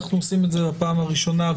שאנחנו עושים את זה בפעם הראשונה,